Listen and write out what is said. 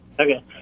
Okay